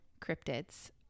cryptids